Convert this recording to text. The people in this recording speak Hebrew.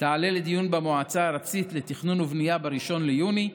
תעלה לדיון במועצה הארצית לתכנון ובנייה ב-1 ביוני,